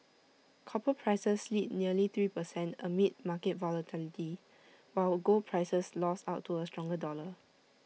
copper prices slid nearly three per cent amid market volatility while gold prices lost out to A stronger dollar